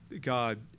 God